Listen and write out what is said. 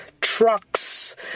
trucks